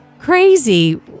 crazy